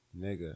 nigga